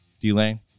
D-Lane